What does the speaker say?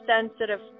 sensitive